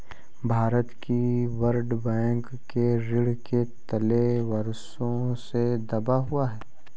भारत भी world bank के ऋण के तले वर्षों से दबा हुआ है